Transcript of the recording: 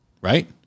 right